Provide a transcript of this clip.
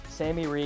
sammy